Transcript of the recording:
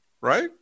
right